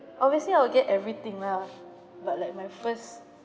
obviously I will get everything lah but like my first